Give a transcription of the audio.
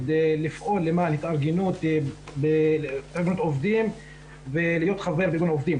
לפעול למען התארגנות עובדים ולהיות חבר בארגון עובדים.